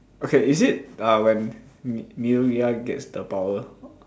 okay is it uh when gets the power